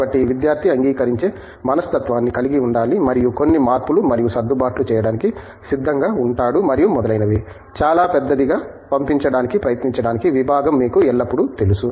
కాబట్టి విద్యార్థి అంగీకరించే మనస్తత్వాన్ని కలిగి ఉండాలి మరియు కొన్ని మార్పులు మరియు సర్దుబాట్లు చేయడానికి సిద్ధంగా ఉంటాడు మరియు మొదలైనవి చాలా పెద్దదిగా పంపించడానికి ప్రయత్నించడానికి విభాగం మీకు ఎల్లప్పుడూ తెలుసు